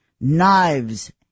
Knives